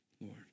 Lord